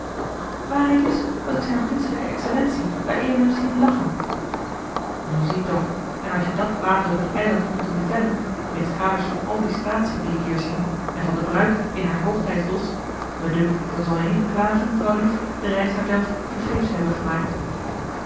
waarheid is dat ik zijne prinselijke excellentie daareven heb zien lachen nu ziet doch en als je dat later op t eiland komt te vera l g bosboom-toussaint de delftsche wonderdokter eel mitsgaders van al die staatsie die we hier zien en van de bruid in haar hoogtijdsdos me dunkt dan zal je niet klagen vrouwlief de reis naar delft vergeefs te hebben gemaakt